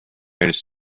elles